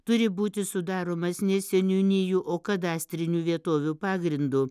turi būti sudaromas ne seniūnijų o kadastrinių vietovių pagrindu